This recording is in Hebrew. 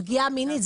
פגיעה מינית.